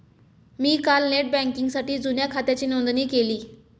मी काल नेट बँकिंगसाठी जुन्या खात्याची नोंदणी केली